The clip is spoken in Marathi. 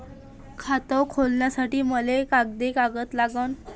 खात खोलासाठी मले कोंते कागद लागन?